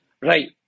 right